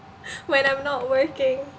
when I'm not working